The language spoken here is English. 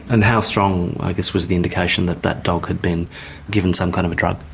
and how strong, i guess, was the indication that that dog had been given some kind of a drug?